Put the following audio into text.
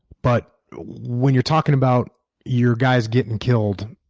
but when you're talking about your guys getting killed,